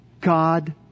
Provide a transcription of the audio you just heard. God